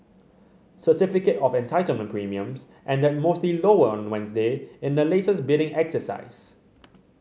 certificate of Entitlement premiums ended mostly lower on Wednesday in the latest bidding exercise